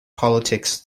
politics